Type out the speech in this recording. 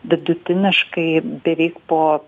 vidutiniškai beveik po